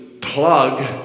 plug